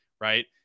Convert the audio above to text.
right